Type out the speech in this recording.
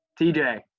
TJ